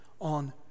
on